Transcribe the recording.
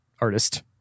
artist